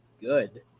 good